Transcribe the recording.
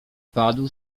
padł